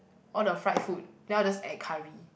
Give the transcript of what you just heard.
all the fried food then I will just add curry